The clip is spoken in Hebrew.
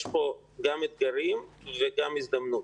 יש פה גם אתגרים וגם הזדמנות.